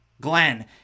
glenn